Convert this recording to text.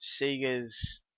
Sega's